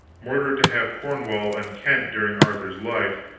mordred to have cornwall and kent during arthur's life,